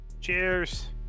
cheers